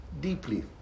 deeply